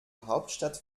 hauptstadt